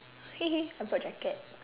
he he I brought jacket